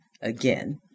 again